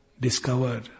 discover